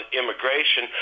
immigration